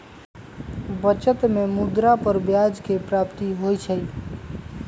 बचत में मुद्रा पर ब्याज के प्राप्ति होइ छइ